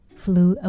flew